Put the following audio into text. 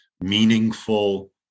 meaningful